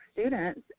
students